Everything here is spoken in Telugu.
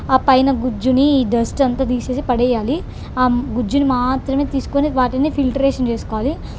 ఆ పైన గుజ్జుని ఈ డస్ట్ అంతా తీసి పడేయాలి ఆ గుజ్జుని మాత్రమే తీసుకొని వాటిని ఫిల్టరేషన్ చేసుకోవాలి